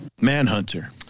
Manhunter